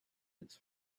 its